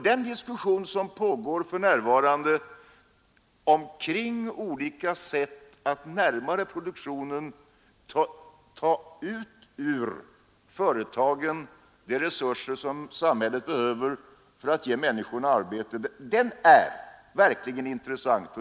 Den diskussion som för närvarande pågår omkring olika sätt att närmare produktionen ta ut ur företagen de resurser som samhället behöver för att ge människorna arbete är verkligen intressant.